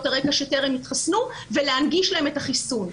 הרקע שטרם התחסנו ולהנגיש להם את החיסון.